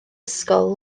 ysgol